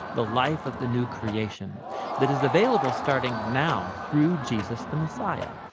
the life of the new creation that is available starting now through jesus the messiah.